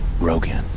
Rogan